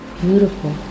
beautiful